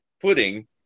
footing